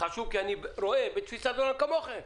חשוב כי אני רואה בתפיסת העולם כמוכם,